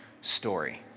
story